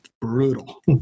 brutal